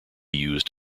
used